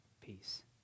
peace